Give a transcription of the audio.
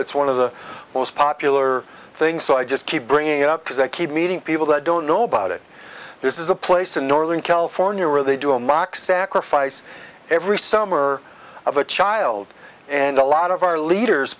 it's one of the most popular things so i just keep bringing it up because i keep meeting people that don't know about it this is a place in northern california where they do a mock sacrifice every summer of a child and a lot of our leaders